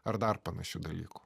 ar dar panašių dalykų